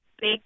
big